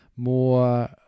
more